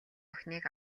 охиныг